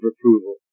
approval